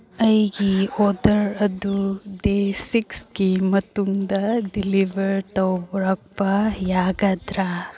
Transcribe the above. ꯑꯩꯒꯤ ꯑꯣꯔꯗꯔ ꯑꯗꯨ ꯗꯦ ꯁꯤꯛꯁꯀꯤ ꯃꯇꯨꯡꯗ ꯗꯤꯂꯤꯚꯔ ꯇꯧꯔꯛꯄ ꯌꯥꯒꯗ꯭ꯔ